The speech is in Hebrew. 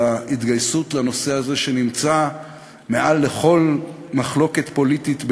ההתגייסות לנושא הזה שנמצא מעל לכל מחלוקת פוליטית בינינו,